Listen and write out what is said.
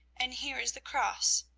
and here is the cross.